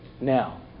now